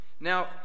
Now